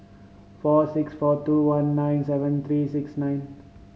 four six four two one nine seven three six nine